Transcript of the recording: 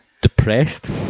depressed